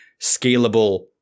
scalable